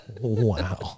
Wow